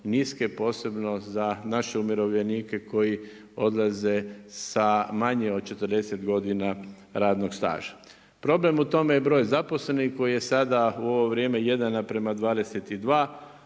niske, posebno za naše umirovljenike koji odlaze sa manje od 40 godina radnog staža. Problem u tome je broj zaposlenih koji je sada u ovo vrijeme 1:22